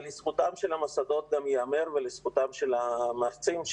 לזכותם של המוסדות גם ייאמר ולזכותם של המרצים,